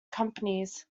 companies